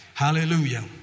Hallelujah